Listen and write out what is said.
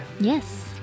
Yes